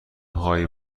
هایی